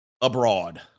abroad